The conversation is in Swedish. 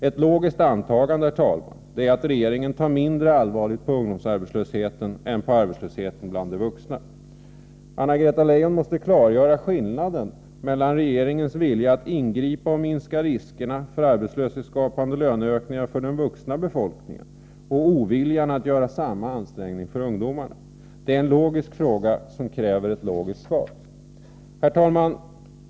Ett logiskt antagande är att regeringen tar mindre allvarligt på ungdomsarbetslösheten än på arbetslösheten bland de vuxna. Anna-Greta Leijon måste klargöra skillnaden mellan regeringens vilja att ingripa och minska riskerna för arbetslöshetsskapande löneökningar för den vuxna befolkningen och oviljan att göra samma ansträngning för ungdomarna. Det är en logisk fråga som kräver ett logiskt svar. Herr talman!